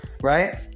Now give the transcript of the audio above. right